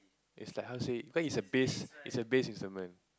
is like how to say cause is a base is a base instrument